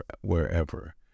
wherever